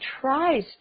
tries